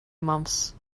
months